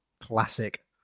classic